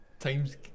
Times